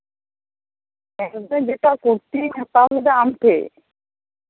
ᱦᱮᱸ ᱢᱮᱱ ᱤᱫᱟᱹᱧ ᱤᱧ ᱢᱤᱫᱴᱟᱱ ᱠᱩᱨᱛᱤᱧ ᱦᱟᱛᱟᱣ ᱞᱮᱫᱟ ᱟᱢ ᱴᱷᱮᱱ